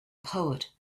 poet